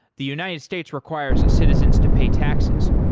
the united states requires citizens to pay taxes.